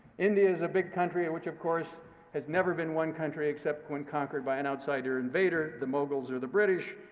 india is a big country, and which of course has never been one country, except when conquered by an outsider invader, the moguls or the british.